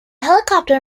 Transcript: helicopter